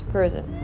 prison.